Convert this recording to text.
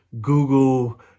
Google